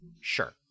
Sure